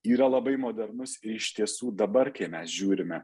yra labai modernusir iš tiesų dabar kai mes žiūrime